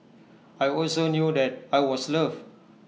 I also knew that I was loved